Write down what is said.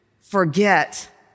forget